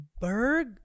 Berg